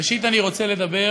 ראשית, אני רוצה לדבר